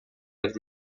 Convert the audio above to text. had